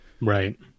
Right